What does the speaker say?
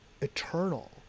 eternal